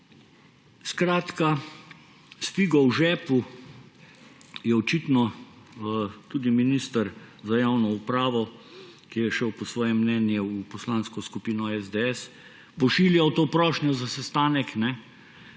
Skratka, s figo v žepu je očitno tudi minister za javno upravo, ki je šel po svoje mnenje v Poslansko skupino SDS, pošiljal to prošnjo za sestanek, kar